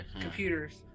Computers